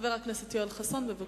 חבר הכנסת יואל חסון, בבקשה.